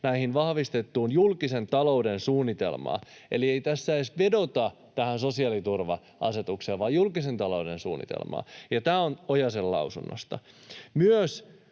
muuta vahvistettuun julkisen talouden suunnitelmaan.” Eli ei tässä edes vedota tähän sosiaaliturva-asetukseen vaan julkisen talouden suunnitelmaan. Ja tämä on Ojasen lausunnosta